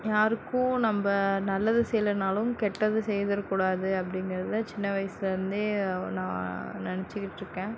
யாருக்கும் நம்ம நல்லது செய்யலைனாலும் கெட்டது செய்திற கூடாது அப்படிங்கிறத சின்ன வயசிலருந்தே நான் நினைச்சிக்கிட்டு இருக்கேன்